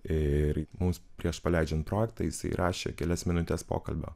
ir mus prieš paleidžiant projektą jisai įrašė kelias minutes pokalbio